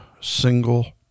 single